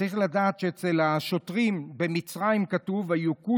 צריך לדעת שעל השוטרים במצרים כתוב "ויֻכו